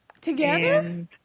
Together